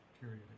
period